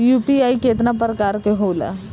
UPI केतना प्रकार के होला?